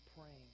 praying